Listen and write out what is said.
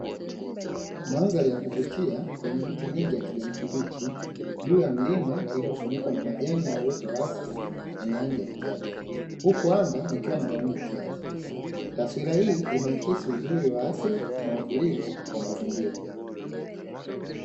Mandahari ya kuvutia yenye miti mingi ya kijani kibichi, juu ya milima iliyofunikwa na majani ya uoto wa asili wenye rangi ya kijani, huku anga likiwa na mawingu kiasi. Taswira hii inaakisi uzuri wa asili na utulivu wa mazingira.